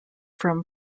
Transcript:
from